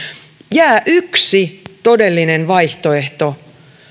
jää yksi todellinen vaihtoehto